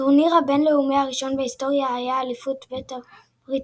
הטורניר הבין-לאומי הראשון בהיסטוריה היה אליפות הבית הבריטית,